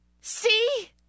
See